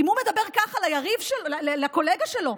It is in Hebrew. אם הוא מדבר ככה לקולגה שלו,